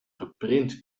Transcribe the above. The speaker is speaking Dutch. geprint